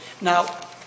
Now